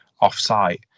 off-site